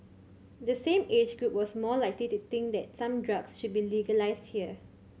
the same age group was more likely to think that some drugs should be legalised here